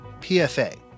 PFA